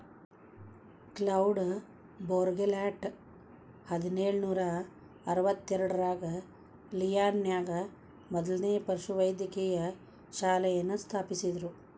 cloud Bourgelat ಹದಿನೇಳು ನೂರಾ ಅರವತ್ತೆರಡರಾಗ ಲಿಯಾನ್ ನ್ಯಾಗ ಮೊದ್ಲನೇ ಪಶುವೈದ್ಯಕೇಯ ಶಾಲೆಯನ್ನ ಸ್ಥಾಪಿಸಿದ್ರು